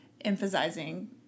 emphasizing